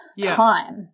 time